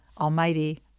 Almighty